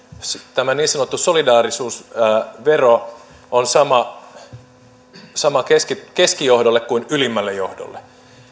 tämä niin sanottu solidaarisuusvero on sama keskijohdolle kuin ylimmälle johdolle